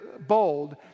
bold